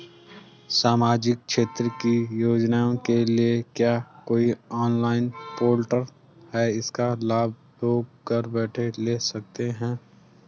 सामाजिक क्षेत्र की योजनाओं के लिए क्या कोई ऑनलाइन पोर्टल है इसका लाभ लोग घर बैठे ले सकते हैं?